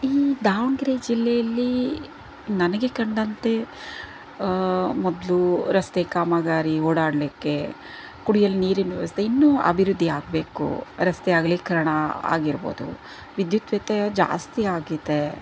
ಈ ದಾವಣಗೆರೆ ಜಿಲ್ಲೆಯಲ್ಲಿ ನನಗೆ ಕಂಡಂತೆ ಮೊದಲು ರಸ್ತೆ ಕಾಮಗಾರಿ ಓಡಾಡ್ಲಿಕ್ಕೆ ಕುಡಿಯಲು ನೀರಿನ ವ್ಯವಸ್ಥೆ ಇನ್ನೂ ಅಭಿವೃದ್ಧಿ ಆಗಬೇಕು ರಸ್ತೆ ಅಗಲೀಕರಣ ಆಗಿರ್ಬೋದು ವಿದ್ಯುತ್ ವ್ಯತ್ಯಯ ಜಾಸ್ತಿ ಆಗಿದೆ